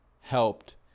helped